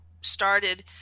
started